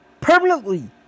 permanently